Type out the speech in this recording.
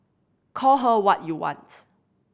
call her what you wants